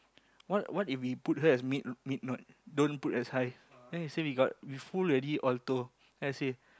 what what if we put her as mid mid note don't put as high then he say we got we full already auto then I say